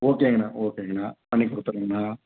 ஓகேங்கண்ணா ஓகேங்கண்ணா பண்ணிக் கொடுத்துர்றேங்கண்ணா